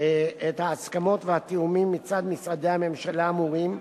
את ההסכמות והתיאומים מצד משרדי הממשלה האמורים,